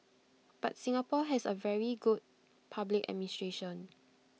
but Singapore has A very good public administration